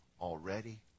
already